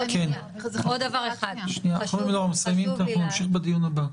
אנחנו מסיימים, ונמשיך בדיון הבא.